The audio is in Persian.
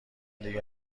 دیگه